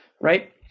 right